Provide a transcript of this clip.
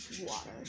Water